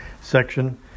section